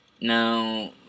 Now